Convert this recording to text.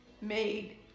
made